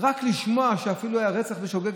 רק לשמוע שהיה רצח בשוגג,